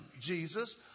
Jesus